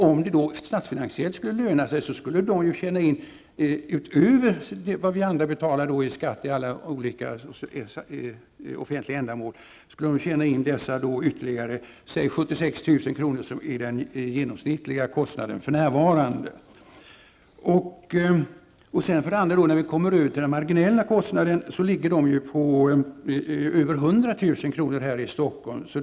Om det statsfinansiellt skulle löna sig, skulle de tjäna in dessa ytterligare säg 76 000 kr., som är den genomsnittliga kostnaden för närvarande, utöver vad vi andra betalar i skatt till olika offentliga ändamål. De marginella kostnaderna ligger på över 100 000 kr. här i Stockholm.